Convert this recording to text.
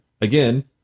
again